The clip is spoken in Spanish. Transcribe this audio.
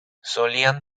solían